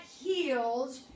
healed